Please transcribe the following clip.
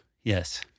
yes